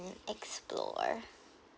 explore